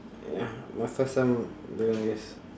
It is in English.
ya my first time doing this